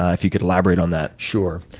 if you could elaborate on that? sure.